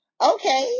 okay